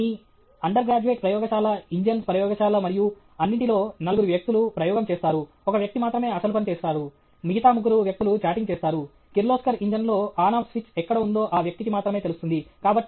మీ undergraduate ప్రయోగశాల engines ప్రయోగశాల మరియు అన్నింటిలో నలుగురు వ్యక్తులు ప్రయోగం చేస్తారు ఒక వ్యక్తి మాత్రమే అసలు పని చేస్తారు మిగతా ముగ్గురు వ్యక్తులు చాటింగ్ చేస్తారు కిర్లోస్కర్ ఇంజిన్లో ఆన్ ఆఫ్ స్విచ్ ఎక్కడ ఉందో ఆ వ్యక్తికి మాత్రమే తెలుస్తుంది